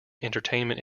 entertainment